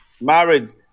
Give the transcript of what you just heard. Married